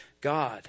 God